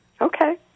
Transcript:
Okay